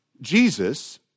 Jesus